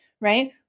Right